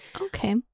Okay